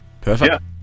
Perfect